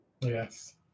Yes